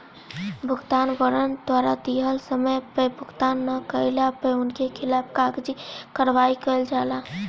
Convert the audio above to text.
भुगतान वारंट द्वारा दिहल समय पअ भुगतान ना कइला पअ उनकी खिलाफ़ कागजी कार्यवाही कईल जाला